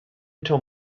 until